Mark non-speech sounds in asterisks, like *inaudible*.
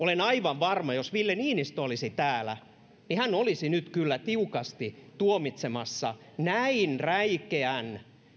*unintelligible* olen aivan varma että jos ville niinistö olisi täällä niin hän olisi nyt kyllä tiukasti tuomitsemassa näin räikeän